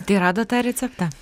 tai radot tą receptą